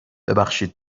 ببخشید